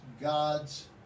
God's